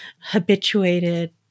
habituated